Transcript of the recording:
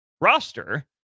roster